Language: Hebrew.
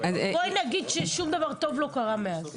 בואי נגיד ששום דבר טוב לא קרה מאז.